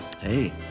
Hey